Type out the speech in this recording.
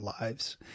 lives